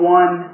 one